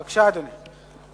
בבקשה, אדוני.